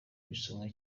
bisomwa